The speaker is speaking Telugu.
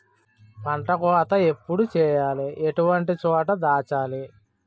పంట కోత ఎప్పుడు చేయాలి? ఎటువంటి చోట దాచాలి?